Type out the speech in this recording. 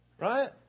right